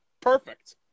perfect